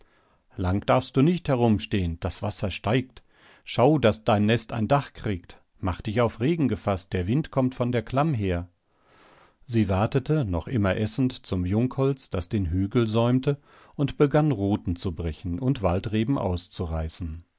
lang darfst du nicht herumstehen das wasser steigt schau daß dein nest ein dach kriegt mach dich auf regen gefaßt der wind kommt von der klamm her sie watete noch immer essend zum jungholz das den hügel säumte und begann ruten zu brechen und waldreben auszureißen